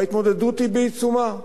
וההתמודדות היא בעיצומה.